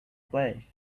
play